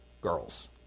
Girls